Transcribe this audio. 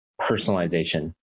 personalization